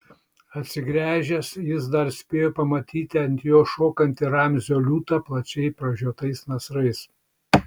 atsigręžęs jis dar spėjo pamatyti ant jo šokantį ramzio liūtą plačiai pražiotais nasrais